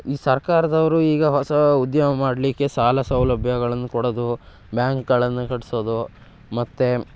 ಈ ಸರ್ಕಾರದವ್ರು ಈಗ ಹೊಸ ಉದ್ಯಮ ಮಾಡಲಿಕ್ಕೆ ಸಾಲ ಸೌಲಭ್ಯಗಳನ್ನು ಕೊಡೋದು ಬ್ಯಾಂಕ್ಗಳನ್ನು ಕಟ್ಟಿಸೋದು ಮತ್ತು